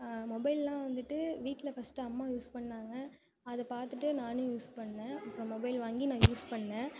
மொபைல்லாம் வந்துவிட்டு வீட்டில் ஃபர்ஸ்ட்டு அம்மா யூஸ் பண்ணாங்க அதை பார்த்துட்டு நானும் யூஸ் பண்ணேன் அப்புறம் மொபைல் வாங்கி நான் யூஸ் பண்ணேன்